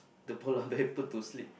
the polar bear put to sleep